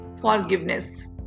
forgiveness